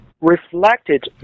reflected